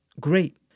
Great